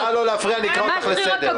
נא לא להפריע אני אקרא אותך לסדר.